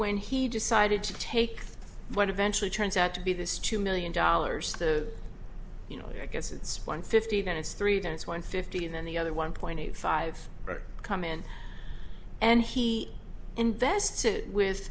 when he decided to take what eventually turns out to be this two million dollars the you know i guess it's one fifty then it's three then it's one fifteen then the other one point five come in and he invests it with